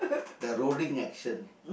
the rolling action